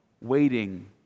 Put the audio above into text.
waiting